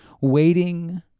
waiting